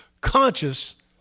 conscious